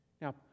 now